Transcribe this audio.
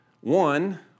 One